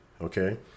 okay